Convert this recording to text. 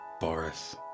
Boris